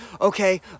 okay